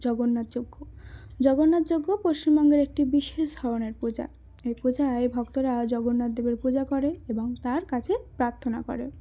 জগন্নাথ যজ্ঞ জগন্নাথ যজ্ঞ পশ্চিমবঙ্গের একটি বিশেষ ধরনের পূজা এই পূজায় ভক্তরা জগন্নাথদেবের পূজা করে এবং তার কাছে প্রার্থনা করে